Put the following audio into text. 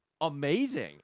amazing